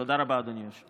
תודה רבה, אדוני היושב-ראש.